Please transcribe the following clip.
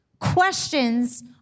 Questions